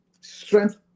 strength